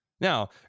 now